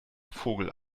vogel